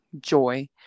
joy